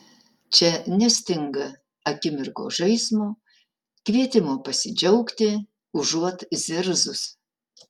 čia nestinga akimirkos žaismo kvietimo pasidžiaugti užuot zirzus